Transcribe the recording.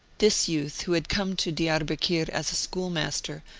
this youth, who had come to diarbekir as a schoolmaster,